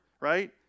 right